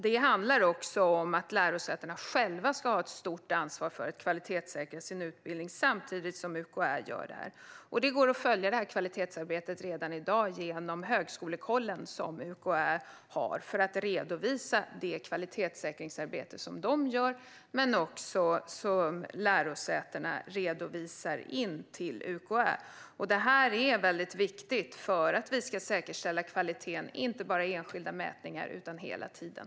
Det handlar också om att lärosätena själva ska ha ett stort ansvar för kvalitetssäkring i sin utbildning, samtidigt som UKÄ gör detta arbete. Det går att följa kvalitetsarbetet redan i dag genom Högskolekollen, som UKÄ har för att redovisa det kvalitetssäkringsarbete som de gör, men också det som lärosätena redovisar in till UKÄ. Det här är väldigt viktigt för att säkerställa kvaliteten, inte bara i enskilda mätningar utan hela tiden.